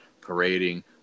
parading